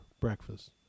breakfast